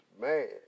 mad